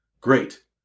Great